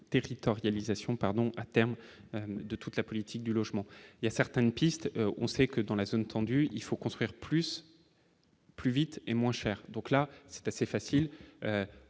territorialisation pardon à terme de toute la politique du logement, il y a certaines pistes, on sait que dans la zone, il faut construire plus, plus vite et moins cher, donc là c'est assez facile,